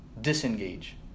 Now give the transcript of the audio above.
disengage